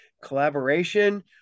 collaboration